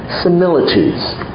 similitudes